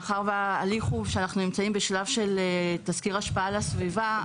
מאחר וההליך שאנחנו נמצאים בו הוא שלב תסקיר ההשפעה לסביבה,